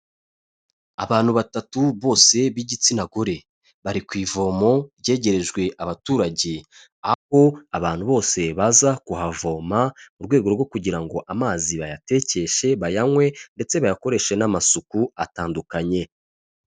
Abantu batatu, bose b'igitsina gore. Bari ku ivomo ryegerejwe abaturage. Aho abantu bose baza kuhavoma mu rwego rwo kugira ngo amazi bayatekeshe, bayanywe ndetse bayakoreshe n'amasuku atandukanye.